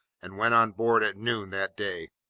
and went on board at noon that day.